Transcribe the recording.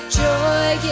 joy